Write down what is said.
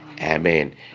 Amen